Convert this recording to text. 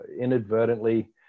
inadvertently